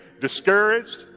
discouraged